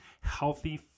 healthy